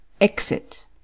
Exit